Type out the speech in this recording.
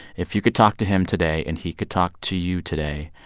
if you could talk to him today and he could talk to you today,